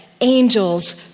angels